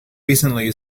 recently